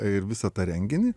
ir visą tą renginį